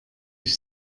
ich